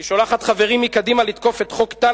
היא שולחת חברים מקדימה לתקוף את חוק טל